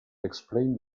explain